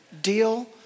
Deal